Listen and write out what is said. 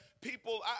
people